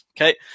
Okay